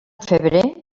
febrer